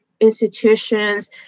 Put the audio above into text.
institutions